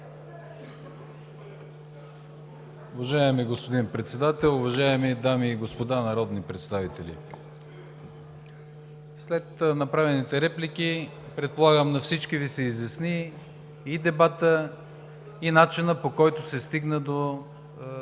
Уважаеми господин Председател, уважаеми дами и господа народни представители! След направените реплики предполагам на всички Ви се изясни и дебатът и начинът, по който се стигна до